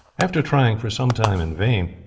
after trying for some time in vain,